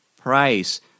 price